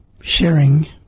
sharing